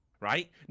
right